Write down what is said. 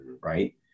right